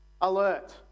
alert